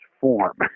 form